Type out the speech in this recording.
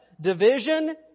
division